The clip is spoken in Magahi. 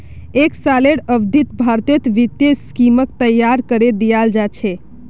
एक सालेर अवधित भारतेर वित्तीय स्कीमक तैयार करे दियाल जा छे